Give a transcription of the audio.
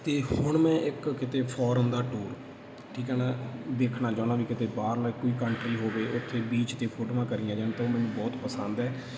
ਅਤੇ ਹੁਣ ਮੈਂ ਇੱਕ ਕਿਤੇ ਫੋਰਨ ਦਾ ਟੂਰ ਠੀਕ ਹੈ ਨਾ ਵੇਖਣਾ ਚਾਹੁੰਦਾ ਵੀ ਕਿਤੇ ਬਾਹਰਲਾ ਕੋਈ ਕੰਟਰੀ ਹੋਵੇ ਉੱਥੇ ਬੀਚ 'ਤੇ ਫੋਟੋਆਂ ਕਰੀਆਂ ਜਾਣ ਤਾਂ ਉਹ ਮੈਨੂੰ ਬਹੁਤ ਪਸੰਦ ਹੈ